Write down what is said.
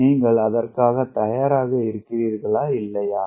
நீங்கள் அதற்க்கு தயாராகா இருக்கிறீர்களா இல்லையா